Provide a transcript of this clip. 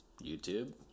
YouTube